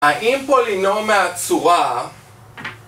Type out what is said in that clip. האם פולינום מהצורה